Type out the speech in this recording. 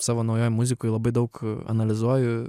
savo naujoj muzikoj labai daug analizuoju